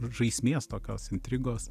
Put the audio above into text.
žaismės tokios intrigos